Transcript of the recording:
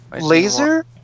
Laser